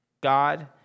God